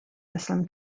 muslim